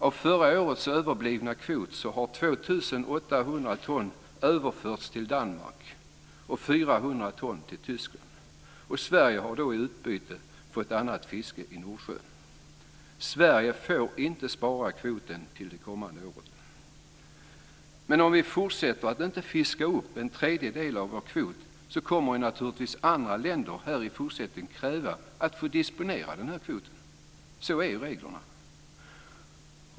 Av förra årets överblivna kvot har 2 800 ton överförts till Danmark och 400 ton överförts till Tyskland. Sverige har i utbyte fått annat fiske i Nordsjön. Sverige får inte spara kvoten till kommande år. Men om vi fortsätter att inte fiska upp en tredjedel av vår kvot kommer naturligtvis andra länder att kräva att de får disponera den här kvoten. Så är reglerna.